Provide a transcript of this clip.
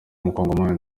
umukongomani